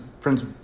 Prince